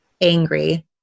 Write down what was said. angry